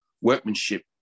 workmanship